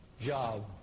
job